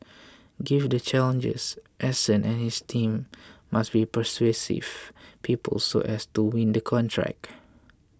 given the challenges Eason and his team must be persuasive people so as to win the contract